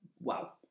wow